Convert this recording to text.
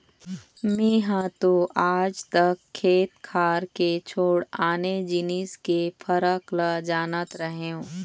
मेंहा तो आज तक खेत खार के छोड़ आने जिनिस के फरक ल जानत रहेंव